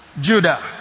Judah